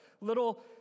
little